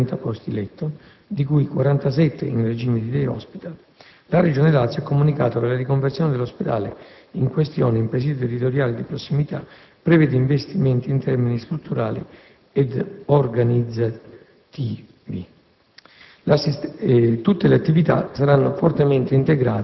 L'ospedale «Nuovo Regina Margherita» dispone di 130 posti letto, di cui 47 in regime di *day hospital*; la Regione Lazio ha comunicato che la riconversione dell'ospedale in questione in presidio territoriale di prossimità prevede investimenti in termini strutturali ed organizzativi.